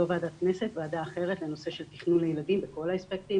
לא ועדת כנסת, לתכנון ךילדים בכל האספקטים.